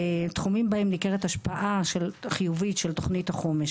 תחומים בהם נכרת השפעה חיובית של תכנית החומש,